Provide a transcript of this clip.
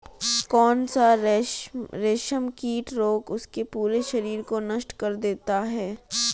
कौन सा रेशमकीट रोग उसके पूरे शरीर को नष्ट कर देता है?